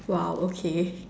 !wow! okay